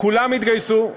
כולם יתגייסו,